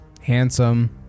Handsome